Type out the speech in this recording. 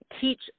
teach